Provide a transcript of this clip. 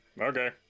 okay